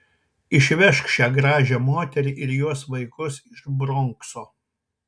išvežk šią gražią moterį ir jos vaikus iš bronkso